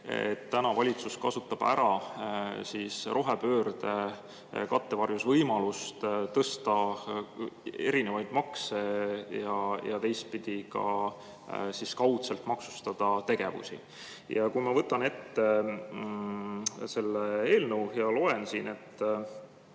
et valitsus kasutab rohepöörde kattevarjus võimalust tõsta erinevaid makse ja teistpidi ka kaudselt maksustada tegevusi. Ja ma võtan ette selle eelnõu [seletuskirja]